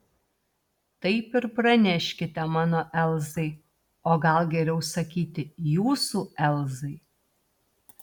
taip ir praneškite mano elzai o gal geriau sakyti jūsų elzai